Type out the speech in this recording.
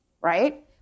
right